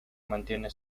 mantiene